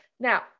Now